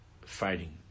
fighting